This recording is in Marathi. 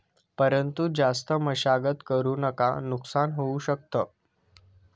परंतु जास्त मशागत करु नका नुकसान होऊ शकत